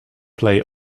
play